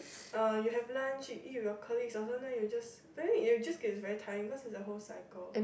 uh you have lunch you eat with your colleagues or sometimes you just very it will just gets very tiring because it's a whole cycle